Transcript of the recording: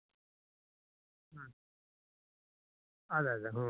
ಈಗ ಆ ರೋಜ್ ಅಂದ್ರೆ ಚಟ್ಟಿ ಗುಲಾಬಿ ಅಂತ ಬರುತ್ತೆ ಅಲ್ಲರೀ ಒಂದು ಒಂದು ಹತ್ತು ರೂಪಾಯ್ಗೆ ಒಂದು ಒಂದು ಪಾಕೆಟ್ ಅವು